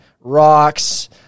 rocks